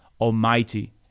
almighty